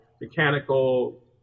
mechanical